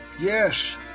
Yes